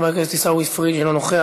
חבר הכנסת עיסאווי פריג' אינו נוכח,